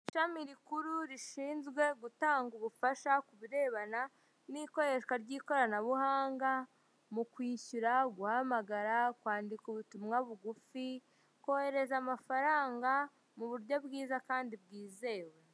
Ishami rikuru rishinzwe gutanga ubufasha kubirebana n'ikoreshwa ry'ikoranabuhanga, mu kwishyura, guhamagara, kwandika ubutumwa bugufi, kohereza amafaranga mu buryo bwiza Kandi bwizewe.